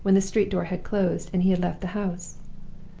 when the street door had closed, and he had left the house.